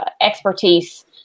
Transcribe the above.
expertise